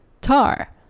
Tar